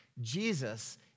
Jesus